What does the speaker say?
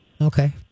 Okay